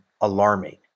alarming